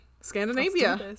Scandinavia